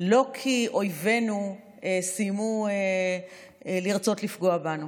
לא כי אויבינו סיימו לרצות לפגוע בנו.